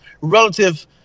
relative